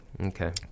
Okay